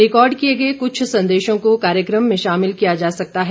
record किए गए कृछ संदेशों को कार्यक्रम में शामिल किया जा सकता है